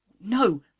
No